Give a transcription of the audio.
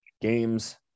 games